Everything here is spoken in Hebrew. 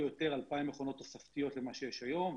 יותר 2,000 מכונות תוספתיות למה שיש היום,